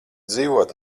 dzīvot